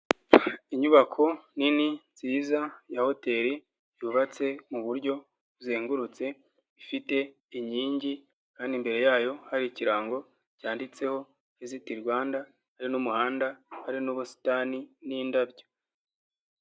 Inyubako nini nziza ya hoteli yubatse mu buryo buzengurutse, ifite inkingi kandi imbere yayo hari ikirango cyanditseho Visit Rwanda, hari n'umuhanda hari n'ubusitani n'indabyo.